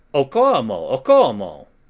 okoamo, okoamo!